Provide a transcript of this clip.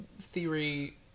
theory